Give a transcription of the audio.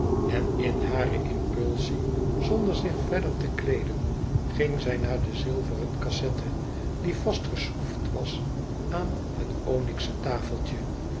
en in hare impulsie zonder zich verder te kleeden ging zij naar de zilveren cassette die vastgeschroefd was aan het onyxen tafeltje